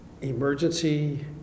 emergency